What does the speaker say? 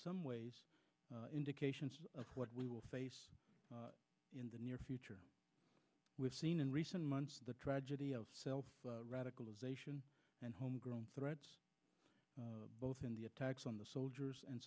some ways indications of what we will face in the near future we've seen in recent months the tragedy of self radicalization and homegrown threats both in the attacks on the soldiers and